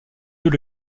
deux